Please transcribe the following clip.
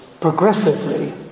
progressively